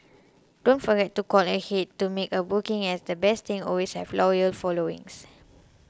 don't forget to call ahead to make a booking as the best things always have loyal followings